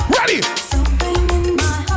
Ready